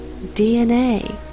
DNA